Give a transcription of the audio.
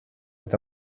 est